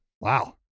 Wow